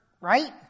right